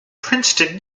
princeton